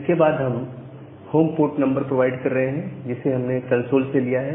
इसके बाद home port number provide कर रहे हैं जिसे हमने कंसोल से लिया है